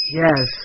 yes